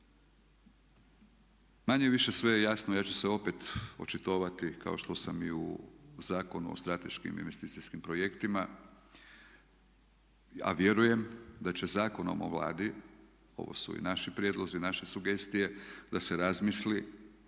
Manje-više sve je jasno, ja ću se opet očitovati kao što sam i u Zakonu o strateškim investicijskim projektima, a vjerujem da će Zakonom o Vladi ovo su i naši prijedlozi, naše sugestije da se razmisli,